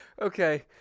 okay